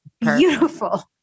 beautiful